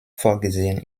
vorgesehen